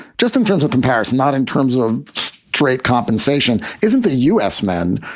just in terms of comparison, not in terms of trade compensation. isn't the u s. men.